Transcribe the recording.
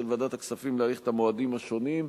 ועדת הכספים להאריך את המועדים השונים,